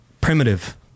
primitive